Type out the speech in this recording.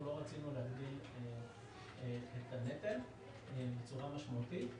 אנחנו לא רצינו להגדיל את הנטל בצורה משמעותית.